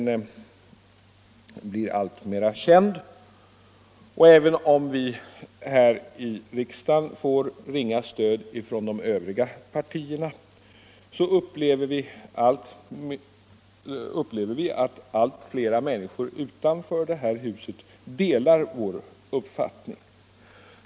Den blir alltmera känd, och även om vi här i riksdagen får ringa stöd från de övriga partierna upplever vi att allt fler människor utanför detta hus delar vår uppfattning.